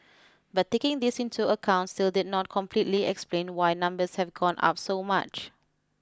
but taking this into account still did not completely explain why numbers have gone up so much